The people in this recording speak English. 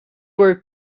were